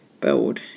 build